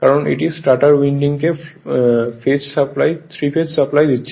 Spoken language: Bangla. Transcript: কারণ এটি স্টেটর উইন্ডিংকে 3 ফেজ সাপ্লাই দিচ্ছে